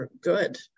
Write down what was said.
good